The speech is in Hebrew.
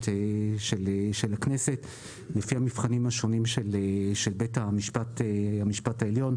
של הכנסת לפי המבחנים השונים של בית המשפט העליון,